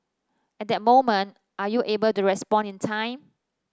at that moment are you able to respond in time